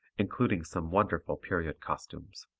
including some wonderful period costumes.